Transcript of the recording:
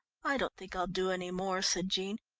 i don't think i'll do any more, said jean.